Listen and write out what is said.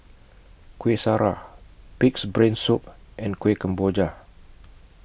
Kueh Syara Pig'S Brain Soup and Kuih Kemboja